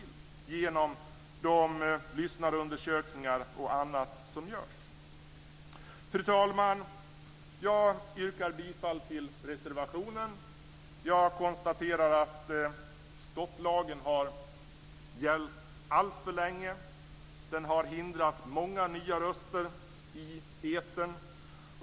Man genomför ju lyssnarundersökningar och annat. Fru talman! Jag yrkar bifall till reservationen och konstaterar att stopplagen har gällt alltför länge. Den har hindrat många nya röster i etern.